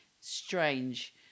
strange